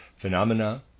Phenomena